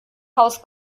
haus